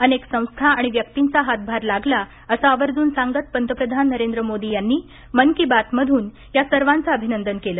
अनेक संस्था आणि व्यक्तींचा हातभार लागला असं आवर्जून सांगत पंतप्रधान नरेंद्र मोदी यांनी मन की बात मधून या सर्वांचं अभिनंदन केलं